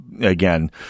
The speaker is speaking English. Again